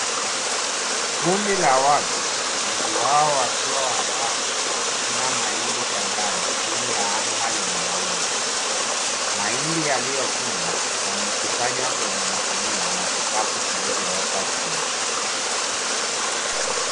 Kundi la watu, wengi wao wakiwa wanawake, wakivuna mahindi shambani chini ya anga lenye mawingu. Mahindi yaliyovunwa, yamekusanywa kwenye magunia na vikapu vilivyowekwa chini.